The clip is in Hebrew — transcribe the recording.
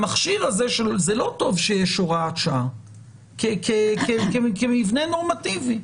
זה לא טוב שיש הוראת שעה כמבנה נורמטיבי.